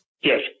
Yes